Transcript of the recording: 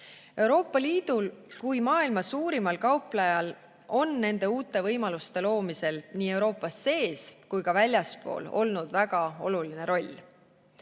Euroopa Liidul kui maailma suurimal kauplejal on nende uute võimaluste loomisel nii Euroopas sees kui ka väljaspool olnud väga oluline